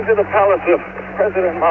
the palace of president ah